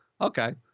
okay